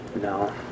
No